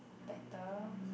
better